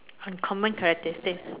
uncommon characteristics